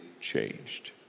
changed